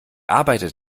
arbeite